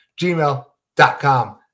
gmail.com